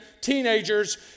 teenagers